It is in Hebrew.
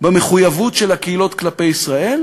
במחויבות של הקהילות כלפי ישראל,